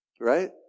Right